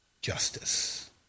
justice